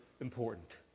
important